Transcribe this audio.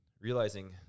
realizing